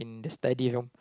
the study room